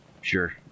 Sure